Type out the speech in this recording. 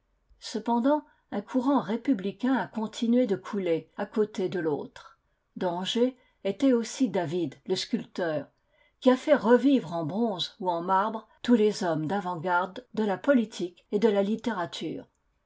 cependant un courant républicain a continué de couler à côté de l'autre d'angers était aussi david le sculpteur qui a fait revivre en bronze ou en marbre tous les hommes d'avantgarde de la politique et de la littérature